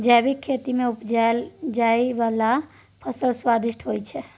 जैबिक खेती मे उपजाएल जाइ बला फसल स्वादिष्ट होइ छै